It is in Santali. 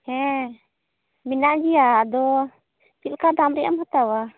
ᱦᱮᱸ ᱢᱮᱱᱟᱜ ᱜᱮᱭᱟ ᱟᱫᱚ ᱪᱮᱫ ᱞᱮᱠᱟ ᱫᱟᱢ ᱨᱮᱭᱟᱜ ᱮᱢ ᱦᱟᱛᱟᱣᱟ